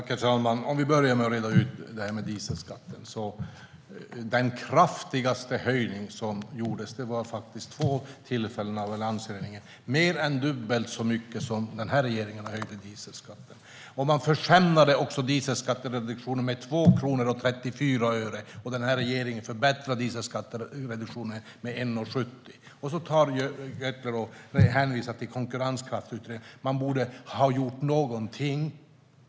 Herr talman! Låt oss börja med att reda ut det här med dieselskatten. Den kraftigaste höjning som gjordes gjorde alliansregeringen två gånger. Det var mer än dubbelt så mycket som den här regeringen höjde dieselskatten med. Alliansregeringen försämrade också dieselskattereduktionen med 2 kronor och 34 öre. Den här regeringen förbättrade dieselskattereduktionen med 1,70. Jacobsson Gjörtler hänvisar till Konkurrenskraftsutredningen och säger att man borde ha gjort någonting.